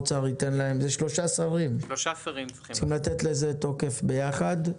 שלושה שרים צריכים לתת לזה תוקף ביחד,